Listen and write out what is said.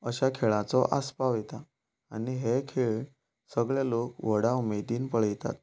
अश्या खेळाचो आस्पाव येता आनी हे खेळ सगले लोक व्हडा उमेदीन पळयतात